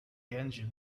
engine